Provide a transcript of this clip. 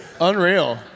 Unreal